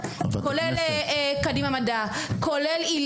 כולל קדימדע,